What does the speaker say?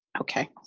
Okay